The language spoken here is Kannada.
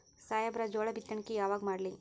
ಸಾಹೇಬರ ಜೋಳ ಬಿತ್ತಣಿಕಿ ಯಾವಾಗ ಮಾಡ್ಲಿ?